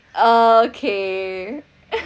okay